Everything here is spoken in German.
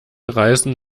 reißen